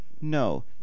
No